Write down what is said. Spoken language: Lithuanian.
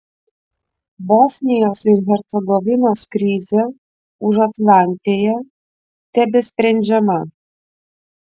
bosnijos ir hercegovinos krizė užatlantėje tebesprendžiama